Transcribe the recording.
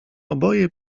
oboje